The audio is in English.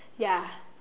ya